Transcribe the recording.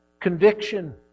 conviction